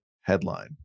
headline